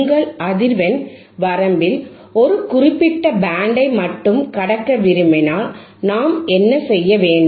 உங்கள் அதிர்வெண் வரம்பில் ஒரு குறிப்பிட்ட பேண்டை மட்டும் கடக்க விரும்பினால் நாம் என்ன செய்யவேண்டும்